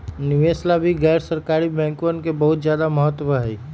निवेश ला भी गैर सरकारी बैंकवन के बहुत ज्यादा महत्व हई